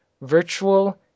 Virtual